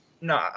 No